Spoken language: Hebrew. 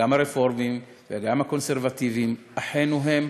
גם הרפורמים וגם הקונסרבטיבים אחינו הם.